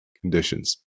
conditions